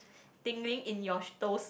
tingling in your toes